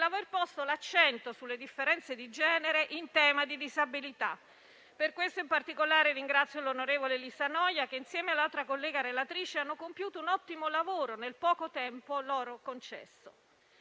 l'aver posto l'accento sulle differenze di genere in tema di disabilità. Per questo, in particolare, ringrazio l'onorevole Lisa Noia che, insieme all'altra collega relatrice, hanno compiuto un ottimo lavoro nel poco tempo loro concesso.